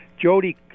Jody